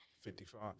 Fifty-five